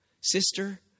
Sister